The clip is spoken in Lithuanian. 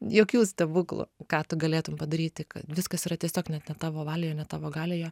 jokių stebuklų ką tu galėtum padaryti kad viskas yra tiesiog net ne tavo valioje ne tavo galioje